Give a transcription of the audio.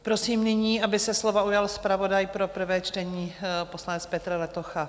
Prosím nyní, aby se slova ujal zpravodaj pro prvé čtení, poslanec Petr Letocha.